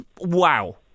wow